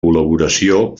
col·laboració